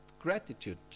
gratitude